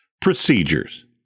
Procedures